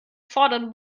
fordern